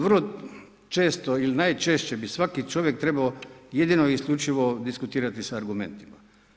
Vrlo često ili najčešće bi svaki čovjek trebao jedino i isključivo diskutirati sa argumentima.